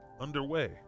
underway